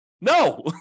No